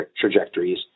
trajectories